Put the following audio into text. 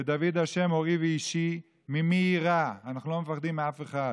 "לדוד ה' אורי וישעי ממי אירא" אנחנו לא מפחדים מאף אחד,